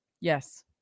yes